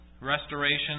restoration